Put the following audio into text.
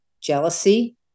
jealousy